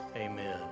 Amen